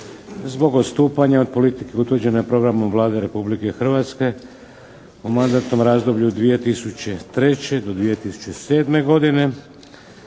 zbog odstupanja od politike utvrđene programom Vlade Republike Hrvatske o mandatnom razdoblju 2003. do 2007. godine.